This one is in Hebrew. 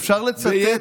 אפשר לצטט,